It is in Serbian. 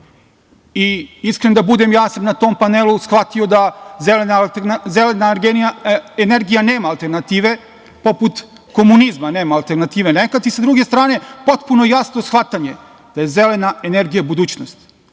Iskren da budem, ja sam na tom panelu shvatio da zelena energija nema alternative poput komunizma nema alternative nekad i sa druge strane potpuno jasno shvatanje da je zelena energija budućnost.